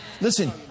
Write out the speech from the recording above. Listen